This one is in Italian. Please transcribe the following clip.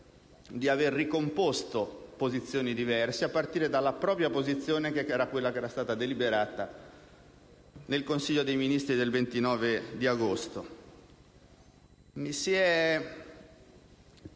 di avere ricomposto posizioni diverse, a partire dalla propria posizione che era quella deliberata nel Consiglio dei ministri del 29 agosto.